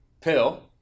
pill